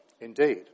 Indeed